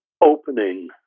opening